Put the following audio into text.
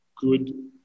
good